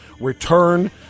return